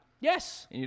Yes